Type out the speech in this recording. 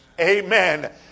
Amen